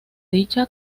dicha